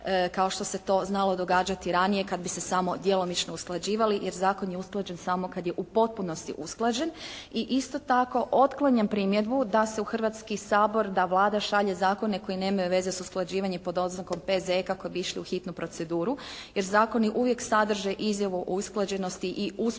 kao što se to znalo događati ranije kad bi se samo djelomično usklađivali jer zakon je usklađen samo kad je u potpunosti usklađen. I isto tako otklanjam primjedbu da se u Hrvatski sabor, da Vlada šalje zakone koji nemaju veze s usklađivanjem pod oznakom P.Z.E. kako bi išli u hitnu proceduru. Jer zakoni uvijek sadrže izjavu o usklađenosti i usporedni